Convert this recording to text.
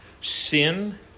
Sin